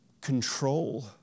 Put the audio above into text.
control